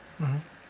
mmhmm